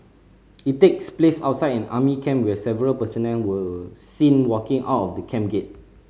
it takes place outside an army camp where several personnel were seen walking out the camping